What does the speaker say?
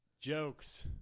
jokes